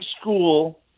school